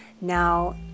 Now